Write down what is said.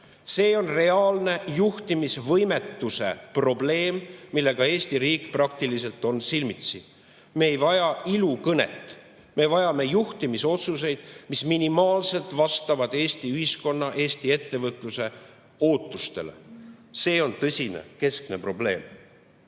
See on reaalne juhtimisvõimetuse probleem, millega Eesti riik praktiliselt on silmitsi.Me ei vaja ilukõnet. Me vajame juhtimisotsuseid, mis minimaalselt vastavad Eesti ühiskonna, Eesti ettevõtluse ootustele. See on tõsine, keskne probleem.